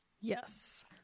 Yes